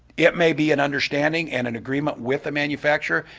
it may be an understanding and and agreement with the manufacturer,